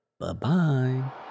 Bye-bye